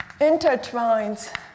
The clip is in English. intertwines